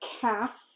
cast